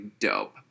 dope